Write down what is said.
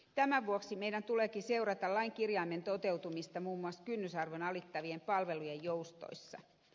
tämän vuoksi meidän tuleekin seurata lain kirjaimen toteutumista muun muassa kynnysarvon alittavien palvelujen joustoissa